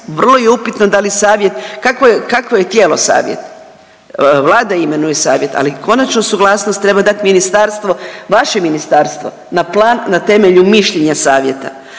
vrlo je upitno da li savjet, kakvo je tijelo savjet? Vlada imenuje savjet, ali konačnu suglasnost treba dati ministarstvo, vaše ministarstvo na plan na temelju mišljenja savjeta,